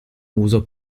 uso